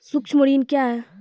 सुक्ष्म ऋण क्या हैं?